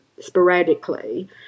sporadically